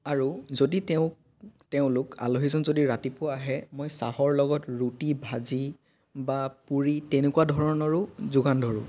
আৰু যদি তেওঁক তেওঁলোক আলহীজন যদি ৰাতিপুৱা আহে মই চাহৰ লগত ৰুটি ভাজি বা পুৰি তেনেকুৱা ধৰণৰো যোগান ধৰোঁ